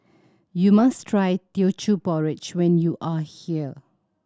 you must try Teochew Porridge when you are here